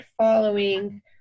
following